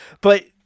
But-